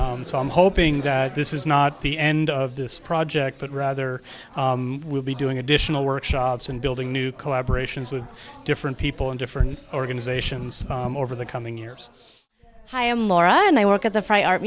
fraud so i'm hoping that this is not the end of this project but rather will be doing additional workshops and building new collaboration with different people in different organizations over the coming years hi i'm laura and i work at the